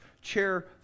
chair